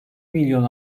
milyon